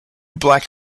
black